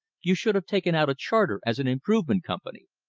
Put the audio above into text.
you should have taken out a charter as an improvement company.